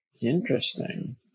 Interesting